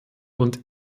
und